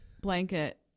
blanket